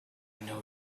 know